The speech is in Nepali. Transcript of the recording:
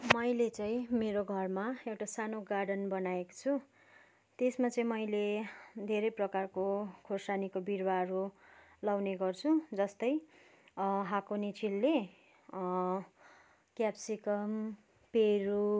मैले चाहिँ मेरो घरमा एउटा सानो गार्डन बनाएको छु त्यसमा चाहिँ मैले धेरै प्रकारको खोर्सानीको बिरुवाहरू लगाउने गर्छु जस्तै हाकोनी चिल्ली क्याप्सिकम पेरु